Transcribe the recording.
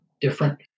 different